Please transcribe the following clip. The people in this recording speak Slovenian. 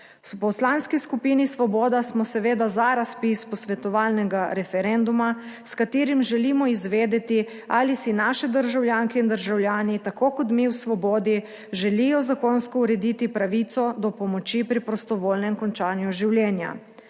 V Poslanski skupini Svoboda smo seveda za razpis posvetovalnega referenduma, s katerim želimo izvedeti ali si naše državljanke in državljani tako kot mi v Svobodi želijo zakonsko urediti pravico do pomoči pri prostovoljnem končanju življenja.